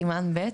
סימן ב',